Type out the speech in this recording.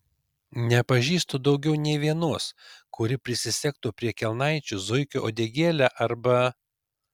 nepažįstu daugiau nė vienos kuri prisisegtų prie kelnaičių zuikio uodegėlę arba